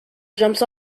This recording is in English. jumps